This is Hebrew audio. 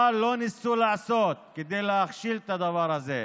מה לא ניסו לעשות כדי להכשיל את הדבר הזה.